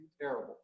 terrible